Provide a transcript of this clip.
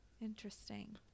interesting